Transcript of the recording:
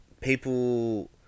people